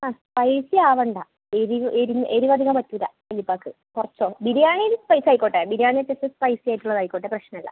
ആ സ്പൈസി ആവണ്ട എരിവ് എരിവ് എരിവധികം പറ്റൂല വല്യപ്പാക്ക് കുറച്ചോ ബിരിയാണീൽ സ്പൈസായിക്കോട്ടെ ബിരിയാണിയൊക്കെ ഇച്ചരെ സ്പൈസി ആയിക്കോട്ടെ പ്രശ്നമില്ല